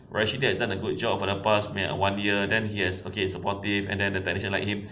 rasyidi has done a good job for the past one year then he has okay supportive and then the tenancy like him